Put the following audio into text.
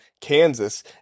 Kansas